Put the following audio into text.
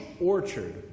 Orchard